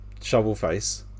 Shovelface